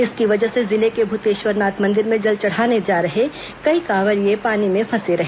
इसकी वजह से जिले के भूतेश्वरनाथ मंदिर में जल चढ़ाने जा रहे कई कांवरियें पानी में फंसे रहे